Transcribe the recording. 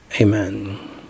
Amen